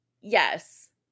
yes